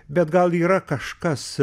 bet gal yra kažkas